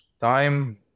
time